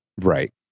Right